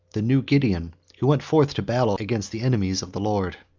the new gideon, who went forth to battle against the enemies of the lord.